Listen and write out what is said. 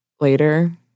later